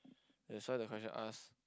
that's why the question ask